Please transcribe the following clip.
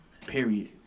period